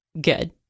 Good